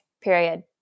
period